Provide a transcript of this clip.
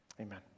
Amen